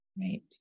Right